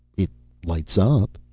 it lights up,